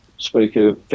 Speaker